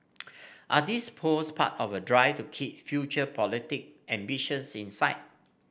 are these posts part of a drive to keep future political ambitions in sight